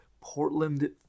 Portland